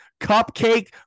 cupcake